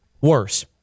worse